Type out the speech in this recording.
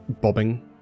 bobbing